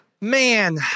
man